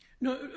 No